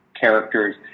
characters